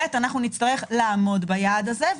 נצטרך לעמוד ביעד הזה,